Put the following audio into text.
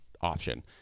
option